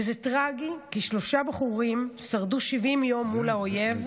וזה טרגי, כי שלושה בחורים שרדו 70 יום מול האויב,